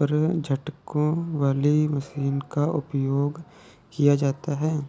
पर झटकों वाली मशीनों का उपयोग किया जाता है